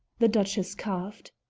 the duchess coughed.